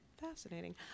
Fascinating